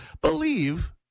believe